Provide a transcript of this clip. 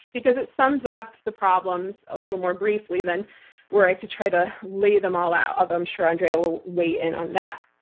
because it sums up the problems a little more briefly than were i to try to lay them all out, although i'm sure andrea will weigh in on that.